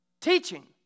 teaching